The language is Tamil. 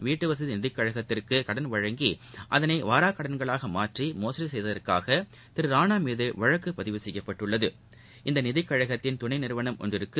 வீட்டுவசதிநிதிக் திவான் கழகத்திற்குகடன் வழங்கிஅதைனைவாரக்கடன்களாகமாற்றிமோசடிசெய்ததற்காகதிருரானாமீதுவழக்குபதிவு செய்யப்பட்டுள்ளது இந்தநிதிக்கழகத்தின் துணைநிறுவனம் ஒன்றிக்கு